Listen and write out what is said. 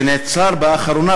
שנעצר באחרונה,